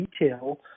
detail